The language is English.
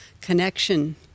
connection